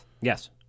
Yes